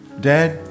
dad